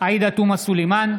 עאידה תומא סלימאן,